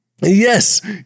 Yes